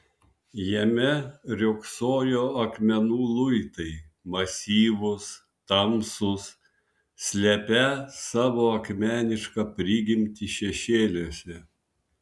jame riogsojo akmenų luitai masyvūs tamsūs slepią savo akmenišką prigimtį šešėliuose